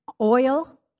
oil